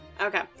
Okay